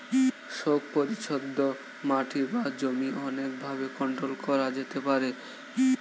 শোক পরিচ্ছদ মাটি বা জমি অনেক ভাবে কন্ট্রোল করা যেতে পারে